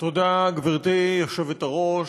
תודה, גברתי היושבת-ראש.